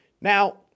Now